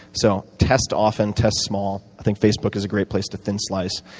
so test often, test small. i think facebook is a great place to thin slice.